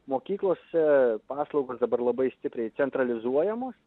mokyklose paslaugos dabar labai stipriai centralizuojamos